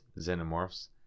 xenomorphs